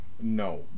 No